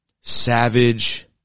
Savage